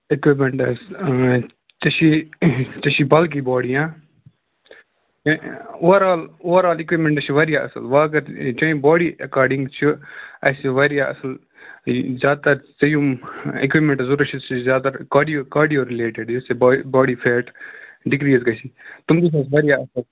equipments ژےٚ چھِی ژےٚ چھِی بَلکی باڑی ہا over all over all equipments چھِ واریاہ اَصٕل وۅنۍ اگر چٲنۍ باڑی ایٚکاڑِنٛگ چھِ اَسہِ واریاہ اَصٕل زیادٕ تر ژےٚ یِم اِکوپمٮ۪نٛٹس ضروٗرت چھِ سُہ چھِ زیادٕ تر کاڑیو کاڑیو رِلیٹِڈ یُس ژےٚ باڑی فیٹ ڈِکریٖز گَژھی تِم چھِ اَسہِ واریاہ اَصٕل